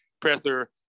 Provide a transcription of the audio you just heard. presser